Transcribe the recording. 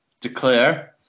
Declare